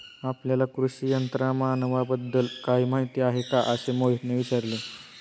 आपल्याला कृषी यंत्रमानवाबद्दल काही माहिती आहे का असे मोहितने विचारले?